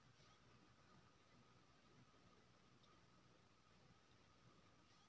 पूजा direct debit सँ अपन बीमाक प्रीमियम केर भुगतान केलनि